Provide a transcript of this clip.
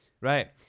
right